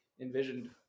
envisioned